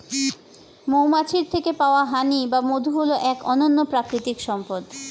মৌমাছির থেকে পাওয়া হানি বা মধু হল এক অনন্য প্রাকৃতিক সম্পদ